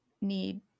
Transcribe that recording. need